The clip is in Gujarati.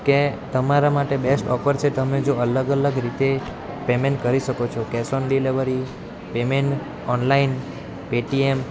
કે તમારા માટે બેસ્ટ ઓફર છે તમે જો અલગ અલગ રીતે પેમેન્ટ કરી શકો છો cash on delivery payment online Paytm